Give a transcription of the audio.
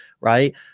right